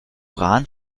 rahn